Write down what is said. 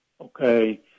okay